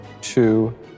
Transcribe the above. two